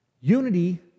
Unity